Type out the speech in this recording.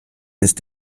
ist